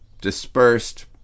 Dispersed